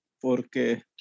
porque